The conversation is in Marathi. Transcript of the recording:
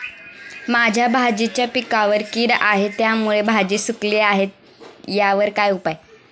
माझ्या भाजीच्या पिकावर कीड आहे त्यामुळे भाजी सुकली आहे यावर काय उपाय?